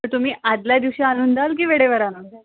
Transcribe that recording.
तर तुम्ही आदल्या दिवशी आ आणून द्याल की वेळेवर आणून द्याल